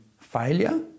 failure